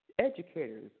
Educators